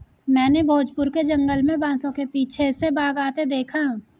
मैंने भोजपुर के जंगल में बांसों के पीछे से बाघ आते देखा